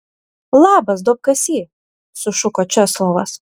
labas duobkasy sušuko česlovas